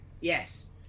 Yes